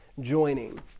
joining